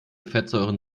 fettsäuren